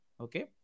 Okay